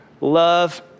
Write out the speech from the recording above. love